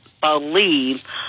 believe